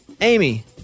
Amy